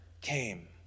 came